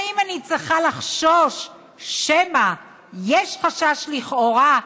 האם אני צריכה לחשוש שמא יש חשש, לכאורה,